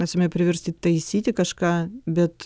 esame priversti taisyti kažką bet